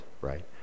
right